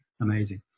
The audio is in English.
amazing